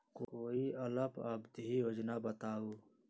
कोई अल्प अवधि योजना बताऊ?